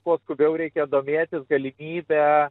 kuo skubiau reikia domėtis galimybe